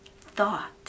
thought